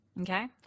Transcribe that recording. Okay